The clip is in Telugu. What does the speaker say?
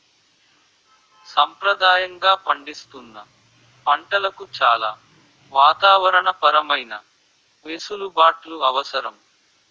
సంప్రదాయంగా పండిస్తున్న పంటలకు చాలా వాతావరణ పరమైన వెసులుబాట్లు అవసరం